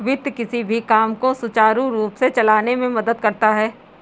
वित्त किसी भी काम को सुचारू रूप से चलाने में मदद करता है